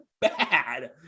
bad